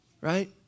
right